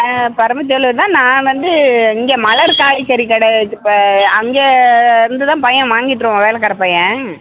பரமத்தி வேலூர் தான் நான் வந்து இங்க மலர் காய்கறி கடைக்கு இப்ப அங்கே இருந்து தான் பையன் வாங்கிட்டுவருவான் வேலக்காரப் பையன்